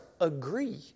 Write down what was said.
agree